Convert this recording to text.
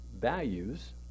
values